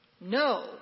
No